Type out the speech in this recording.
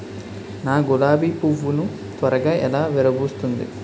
నా గులాబి పువ్వు ను త్వరగా ఎలా విరభుస్తుంది?